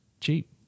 cheap